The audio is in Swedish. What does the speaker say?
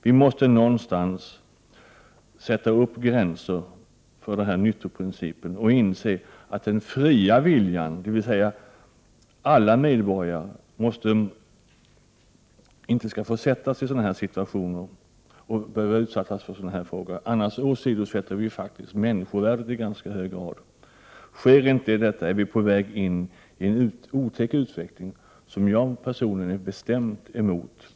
Vi måste någonstans sätta upp gränser för denna nyttoprincip och inse att inga medborgare skall få försättas i sådana här situationer eller behöva utsättas för sådana här frågor, annars åsidosätter vi faktiskt i hög grad människovärdet. Sker inte denna gränsdragning är vi på väg in i en otäck utveckling, som jag personligen är bestämt emot.